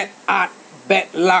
bad art bad luck